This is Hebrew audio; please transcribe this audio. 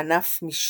ענף משני.